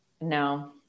no